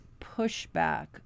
pushback